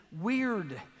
weird